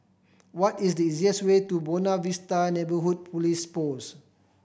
what is the easiest way to Buona Vista Neighbourhood Police Post